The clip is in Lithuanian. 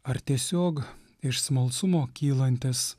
ar tiesiog iš smalsumo kylantys